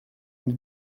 und